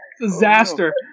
Disaster